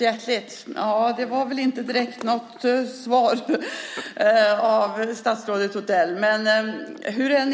Herr talman! Det var väl inte direkt något svar av statsrådet Odell.